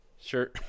Sure